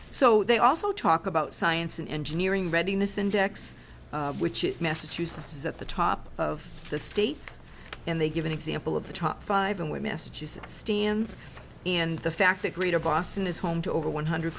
so they also talk about science and engineering readiness index which is massachusetts is at the top of the states and they give an example of the top five and we misuse it stands and the fact that greater boston is home to over one hundred